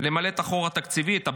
למלא את החור התקציבי,